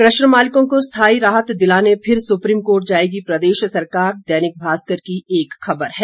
कशर मालिकों को स्थायी राहत दिलाने फिर सुप्रीम कोर्ट जाएगी प्रदेश सरकार दैनिक भास्कर की एक खबर है